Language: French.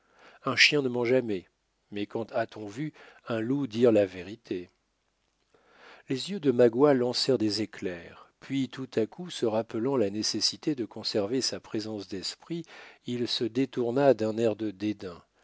un chien ne ment jamais mais quand a-t-on vu un loup dire la vérité les yeux de magua lancèrent des éclairs puis tout à coup se rappelant la nécessité de conserver sa présence d'esprit il se détourna d'un air de dédain